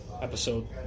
episode